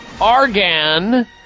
argan